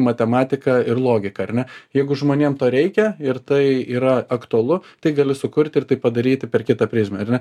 matematika ir logika ar ne jeigu žmonėm to reikia ir tai yra aktualu tai gali sukurti ir tai padaryti per kitą prizmę ar ne